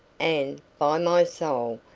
and, by my soul,